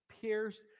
pierced